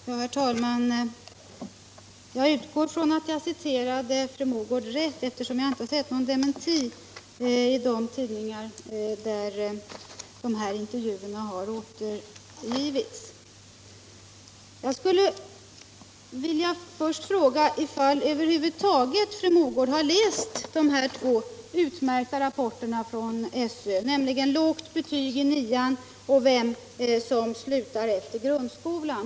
Herr talman! Jag utgår från att jag citerade fru Mogård rätt, eftersom jag inte sett någon dementi i de tidningar där dessa intervjuer har återgivits. Först skulle jag vilja fråga om fru Mogård över huvud taget har läst de här utmärkta rapporterna från SÖ, nämligen om lågt betyg i nian och vem som slutar efter grundskolan.